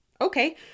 Okay